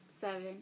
seven